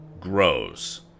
grows